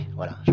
voilà